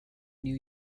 new